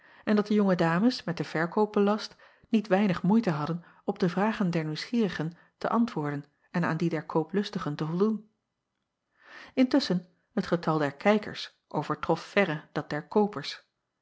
en dat de jonge dames met den verkoop belast niet weinig moeite hadden op de vragen der nieuwsgierigen te antwoorden en aan die der kooplustigen te voldoen ntusschen het getal der kijkers overtrof verre dat der koopers